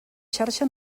xarxa